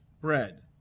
bread